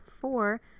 four